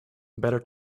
better